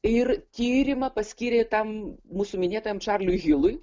ir tyrimą paskyrė tam mūsų minėtajam čarliui hilui